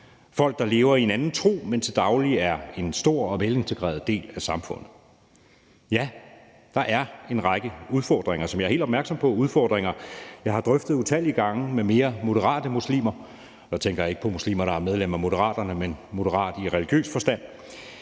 folk, der lever i en anden tro, men til daglig er en stor og velintegreret del af samfundet. Ja, der er en række udfordringer, som jeg er helt opmærksom på, udfordringer, jeg har drøftet utallige gange med mere moderate muslimer. Her tænker jeg ikke på muslimer, der er medlem af Moderaterne, men moderat i religiøs forstand.